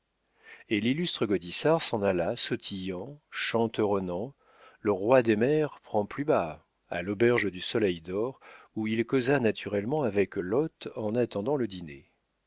et l'illustre gaudissart s'en alla sautillant chanteronnant le roi des mers prends plus bas à l'auberge du soleil dor où il causa naturellement avec l'hôte en attendant le dîner